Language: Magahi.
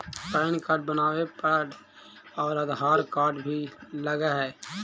पैन कार्ड बनावे पडय है आधार कार्ड भी लगहै?